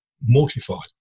mortified